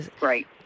Right